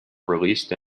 released